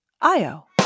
Io